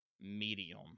medium